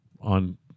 on